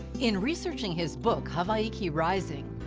in researching his book, hawaiki rising,